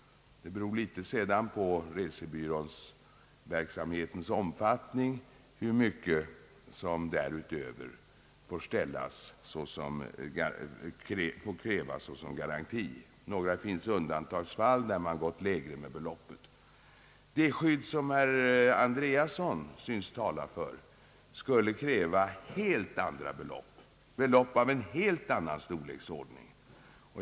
Det beror sedan på resebyråverksamhetens omfattning hur mycket som därutöver skall krävas som garanti. I undantagsfall har uttagits ett lägre belopp. Det skydd som herr Andreasson syns tala för skulle kräva belopp av en helt annan storleksordning.